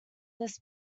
this